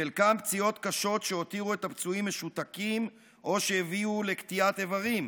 חלקם פציעות קשות שהותירו את הפצועים משותקים או שהביאו לקטיעת איברים,